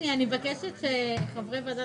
גם אני.